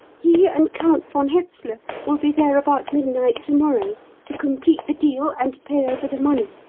he and count von hetzler will be there about midnight to-morrow to complete the deal and pay over the money.